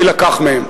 יילקח מהם.